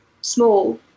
small